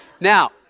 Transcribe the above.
Now